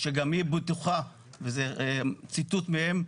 שגם היא בטוחה וזה ציטוט מהם,